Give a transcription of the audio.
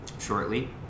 shortly